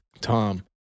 Tom